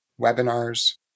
webinars